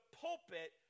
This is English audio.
pulpit